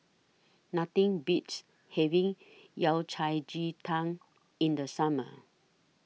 Nothing Beats having Yao Cai Ji Tang in The Summer